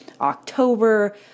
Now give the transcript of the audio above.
October